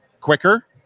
quicker